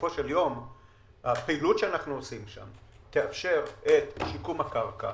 בסופו של יום הפעילות שאנחנו עושים שם תאפשר את שיקום הקרקע,